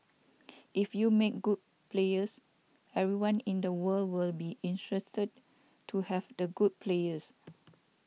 if you make good players everyone in the world will be interested to have the good players